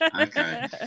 Okay